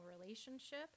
relationship